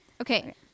Okay